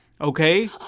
Okay